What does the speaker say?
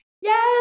Yes